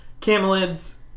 camelids